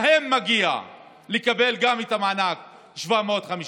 להם מגיע לקבל גם את מענק ה-750 שקל,